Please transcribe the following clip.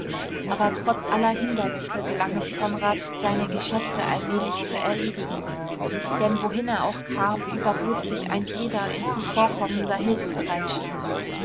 aber trotz aller hindernisse gelang es konrad seine geschäfte allmählich zu erledigen denn wohin er auch kam überbot sich ein jeder in zuvorkommender hilfsbereitschaft